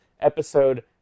episode